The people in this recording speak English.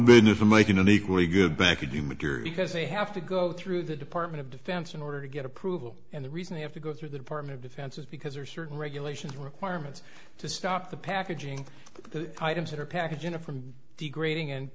business in making an equally good back could you mature because they have to go through the department of defense in order to get approval and the reason they have to go through the department of defense is because there are certain regulations requirements to stop the packaging the items that are packaged you know from degrading and